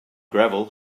gravel